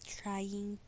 trying